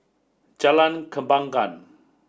Jalan Kembangan